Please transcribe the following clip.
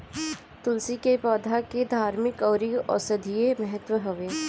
तुलसी के पौधा के धार्मिक अउरी औषधीय महत्व हवे